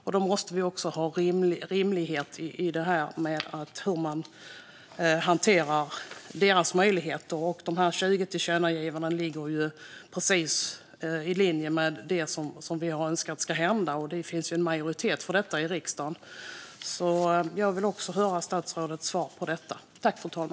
Då måste vi också ha rimlighet i hur man hanterar deras möjligheter. De 20 tillkännagivandena ligger precis i linje med det vi har önskat ska hända, och det finns en majoritet för detta i riksdagen. Jag vill alltså också höra statsrådets svar när det gäller detta.